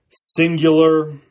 Singular